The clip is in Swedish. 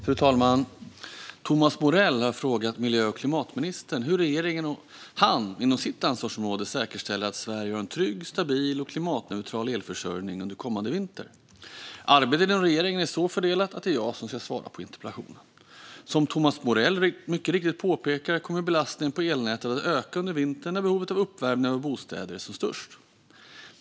Fru talman! har frågat miljö och klimatministern hur regeringen och han, inom sitt ansvarsområde, säkerställer att Sverige har en trygg, stabil och klimatneutral elförsörjning under kommande vinter. Arbetet inom regeringen är så fördelat att det är jag som ska svara på interpellationen. Som Thomas Morell mycket riktigt påpekar kommer belastningen på elnätet att öka under vintern när behovet av uppvärmning av våra bostäder är som störst.